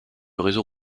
réseau